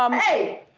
um hey.